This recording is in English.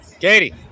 Katie